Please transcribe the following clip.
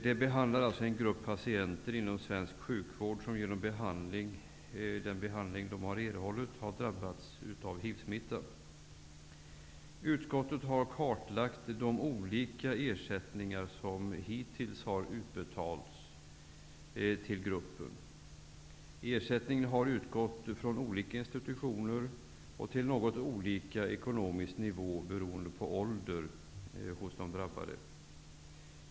Det handlar alltså om en grupp patienter inom svensk sjukvård som genom den behandling som de har erhållit har drabbats av hivsmitta. Utskottet har kartlagt de olika ersättningar som hittills har utbetalats till gruppen. Ersättning har utgått från olika institutioner och till något olika ekonomisk nivå beroende på den drabbades ålder.